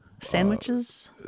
sandwiches